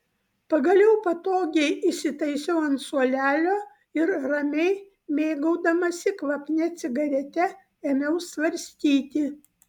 pagaliau patogiai įsitaisiau ant suolelio ir ramiai mėgaudamasi kvapnia cigarete ėmiau svarstyti